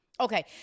Okay